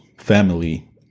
family